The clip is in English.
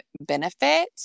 benefit